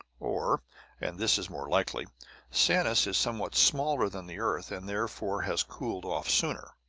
or and this is more likely sanus is somewhat smaller than the earth, and therefore has cooled off sooner.